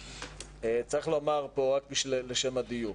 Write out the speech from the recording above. צריך לומר פה לשם הדיוק,